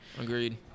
agreed